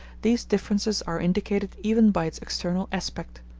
these differences are indicated even by its external aspect.